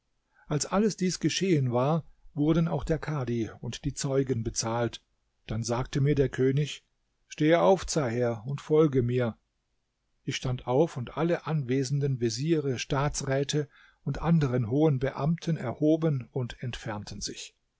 als alles dies geschehen war wurden auch der kadhi und die zeugen bezahlt dann sagte mir der könig stehe auf zaher und folge mir ich stand auf und alle anwesenden veziere staatsräte und anderen hohen beamten erhoben und entfernten sich